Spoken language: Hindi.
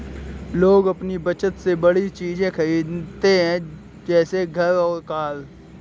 लोग अपनी बचत से बड़ी चीज़े खरीदते है जैसे घर और कार